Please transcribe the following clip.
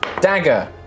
dagger